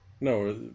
No